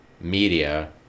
media